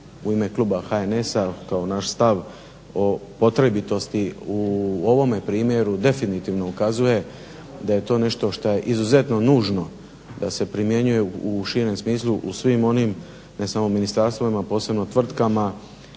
u ime Kluba HNS-a kao naš stav o potrebitosti u ovome primjeru definitivno ukazuje da je to nešto što je izuzetno nužno da se primjenjuje u širem smislu u svim onim ne samo ministarstvima, posebno tvrtkama